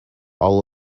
all